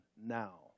now